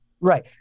right